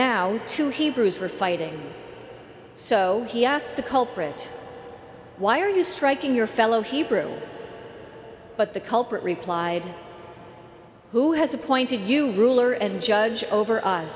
now two hebrews were fighting so he asked the culprit why are you striking your fellow hebrew but the culprit replied who has appointed you ruler and judge over us